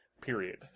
Period